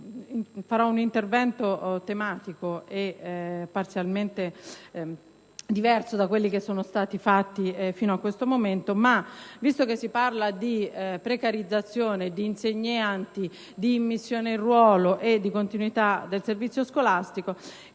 farò un intervento tematico e parzialmente diverso da quelli che sono stati svolti fino a questo momento. Visto che si parla di precarizzazione di insegnanti, di immissione in ruolo e di continuità del servizio scolastico,